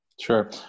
Sure